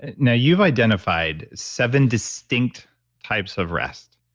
and now, you've identified seven distinct types of rest,